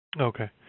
Okay